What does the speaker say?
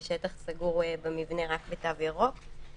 בשטח סגור במבנה רק בתו ירוק,